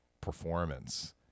performance